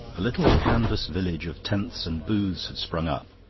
a little canvas village of tents and booths had sprung up,